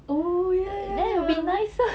oh ya ya